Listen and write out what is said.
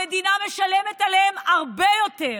המדינה משלמת עליהם הרבה יותר.